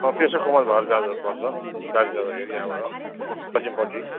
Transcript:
अँ पेसोक कमान भएर जानपर्छ दार्जिलिङ जाँदाखेरि यहाँबाट पश्चिमपट्टि